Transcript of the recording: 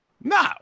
No